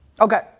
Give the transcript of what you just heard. Okay